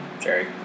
Jerry